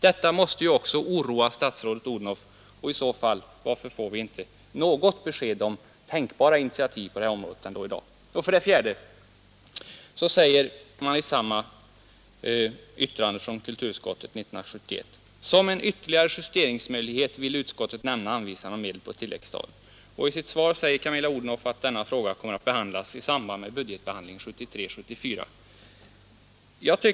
Detta borde också oroa statsrådet Odhnoff. Varför får vi i så fall inte i dag något besked om tänkbara initiativ på detta område? För det fjärde säger man i samma betänkande från kulturutskottet: ”Som ytterligare en justeringsmöjli ighet vill utskottet nämna anvisande av medel på tilläggsstat.” I sitt svar säger statsrådet Odhnoff att denna fråga kommer att behandlas i samband med prövningen av anslagsfrågorna för budgetåret 1973/74.